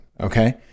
okay